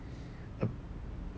a